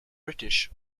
british